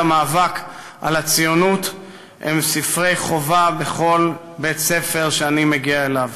המאבק על הציונות הם ספרי חובה בכל בית-ספר שאני מגיע אליו.